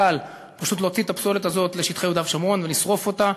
זול וקל פשוט להוציא את הפסולת הזאת לשטחי יהודה ושומרון ולשרוף אותה.